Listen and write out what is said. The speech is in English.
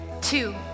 Two